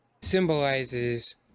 symbolizes